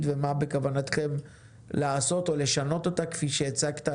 ומה בכוונתכם לעשות או לשנות אותה כפי שהצגת,